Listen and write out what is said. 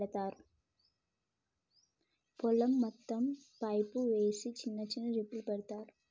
పొలం మొత్తం పైపు వేసి చిన్న చిన్న డ్రిప్పులు పెడతార్